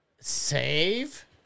Save